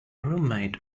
roommate